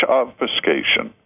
obfuscation